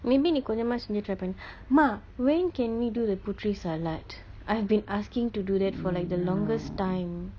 maybe நீ கொஞ்சமா செஞ்சி:nii konjsamaa senjsi try பன்னு:pannu mah when can we do that puteri salat I've been asking to do that for like the longest time